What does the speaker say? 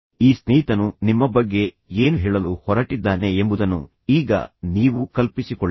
ಈ ಸ್ನೇಹಿತನು ನಿಮ್ಮ ಬಗ್ಗೆ ಏನು ಹೇಳಲು ಹೊರಟಿದ್ದಾನೆ ಎಂಬುದನ್ನು ಈಗ ನೀವು ಕಲ್ಪಿಸಿಕೊಳ್ಳಿ